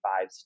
five